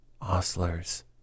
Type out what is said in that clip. ostlers